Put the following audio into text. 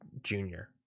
junior